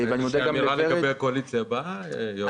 זו איזושהי אמירה לגבי הקואליציה הבאה, יוראי?